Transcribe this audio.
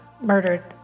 murdered